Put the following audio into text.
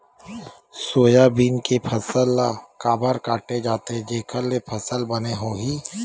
Soybean के फसल ल काबर काटे जाथे जेखर ले फसल बने होही?